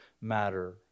matter